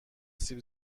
سیب